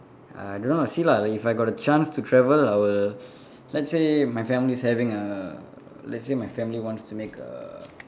I don't know how to say lah like if I got the chance to travel I will let's say my family is having err let's say my family wants to make err